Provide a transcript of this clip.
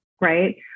right